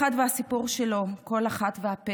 כל אחד והסיפור שלו,